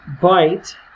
bite